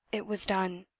it was done!